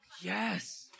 Yes